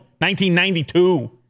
1992